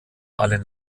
alle